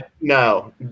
No